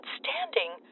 standing